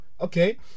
Okay